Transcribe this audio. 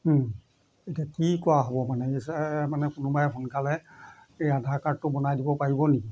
এতিয়া কি কৰা হ'ব মানে মানে কোনোবাই সোনকালে এই আধাৰ কাৰ্ডটো বনাই দিব পাৰিব নি